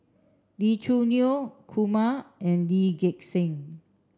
Lee Choo Neo Kumar and Lee Gek Seng